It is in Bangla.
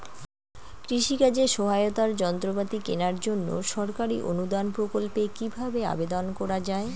কৃষি কাজে সহায়তার যন্ত্রপাতি কেনার জন্য সরকারি অনুদান প্রকল্পে কীভাবে আবেদন করা য়ায়?